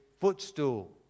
footstool